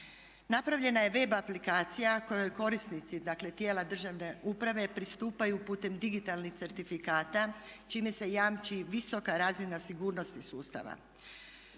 Napravljena je web aplikacija kojoj korisnici, dakle tijela državne uprave, pristupaju putem digitalnih certifikata čime se jamči visoka razina sigurnosti sustava.